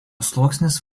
sluoksnis